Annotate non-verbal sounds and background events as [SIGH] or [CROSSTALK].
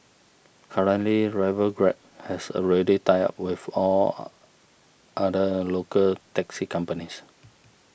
currently rival Grab has already tied up with all [HESITATION] other local taxi companies